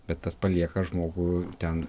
bet tas palieka žmogų ten